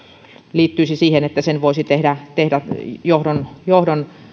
liittyisi siihen että sen voisi tehdä tehdä johdon johdon